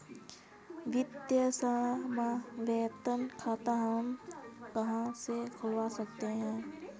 वित्तीय समावेशन खाता हम कहां से खुलवा सकते हैं?